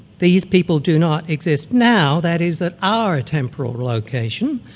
these people do not exist now, that is at our temporal location,